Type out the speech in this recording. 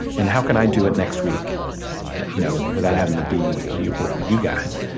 and how can i do it next week you know without having to be you you guys?